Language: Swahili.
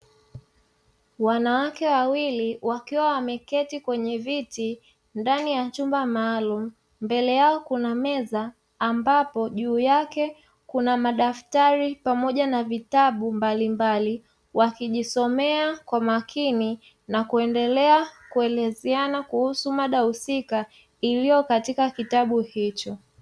Wanawake wawili, wakiwa wameketi kwenye viti, ndani ya chumba maalumu. Mbele yao kuna meza, ambapo juu yake kuna madaftari pamoja na vitabu mbalimbali, wakijisomea kwa makini na kuendelea kuelezeana kuhusu mada husika iliyoko katika kitabu hicho.